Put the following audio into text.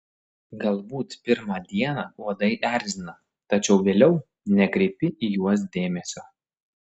galbūt pirmą dieną uodai erzina tačiau vėliau nekreipi į juos dėmesio